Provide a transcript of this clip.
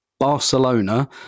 Barcelona